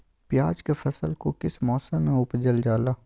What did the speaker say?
प्याज के फसल को किस मौसम में उपजल जाला?